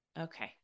okay